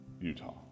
Utah